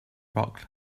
rock